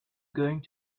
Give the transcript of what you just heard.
going